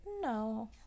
no